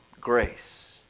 Grace